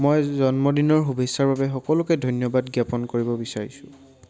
মই জন্মদিনৰ শুভেচ্ছাৰ বাবে সকলোকে ধন্যবাদ জ্ঞাপন কৰিব বিচাৰিছোঁ